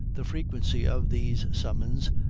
the frequency of these summons,